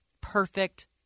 perfect